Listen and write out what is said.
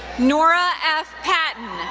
nora f. patton,